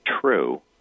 true